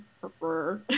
prefer